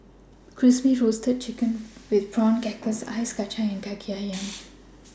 Crispy Roasted Chicken with Prawn Crackers Ice Kachang and Kaki Ayam